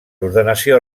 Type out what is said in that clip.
ordenació